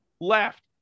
left